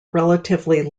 relatively